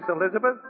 Elizabeth